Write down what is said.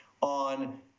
on